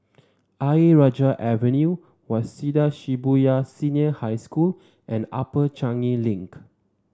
Ayer Rajah Avenue Waseda Shibuya Senior High School and Upper Changi Link